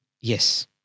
yes